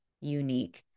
unique